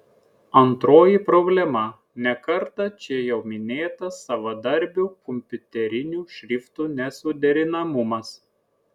antroji problema ne kartą čia jau minėtas savadarbių kompiuterinių šriftų nesuderinamumas